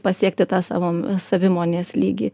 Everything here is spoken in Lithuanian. pasiekti tą savo savimonės lygį